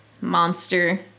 Monster